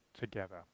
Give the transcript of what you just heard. together